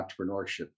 entrepreneurship